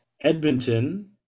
Edmonton